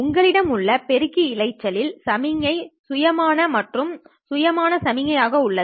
உங்களிடம் உள்ள பெருக்கி இரைச்சலில் சமிக்ஞை சுயமானமற்றும் சுயமான சுயமான சமிக்ஞை ஆக உள்ளது